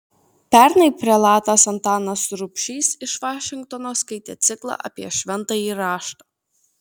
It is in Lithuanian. pernai prelatas antanas rubšys iš vašingtono skaitė ciklą apie šventąjį raštą